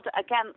again